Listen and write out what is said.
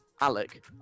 Alec